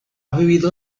vivido